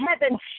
heaven